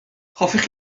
hoffech